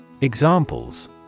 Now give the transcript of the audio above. Examples